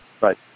Right